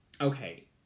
Okay